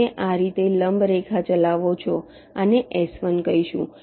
તમે આ રીતે લંબ રેખા ચલાવો છો આને S1 કહીશું